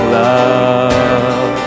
love